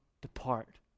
depart